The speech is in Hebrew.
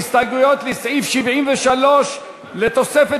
להסתייגויות לסעיף 73 בדבר תוספת